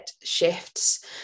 shifts